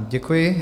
Děkuji.